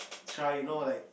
try to like you know